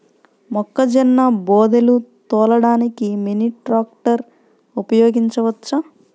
మొక్కజొన్న బోదెలు తోలడానికి మినీ ట్రాక్టర్ ఉపయోగించవచ్చా?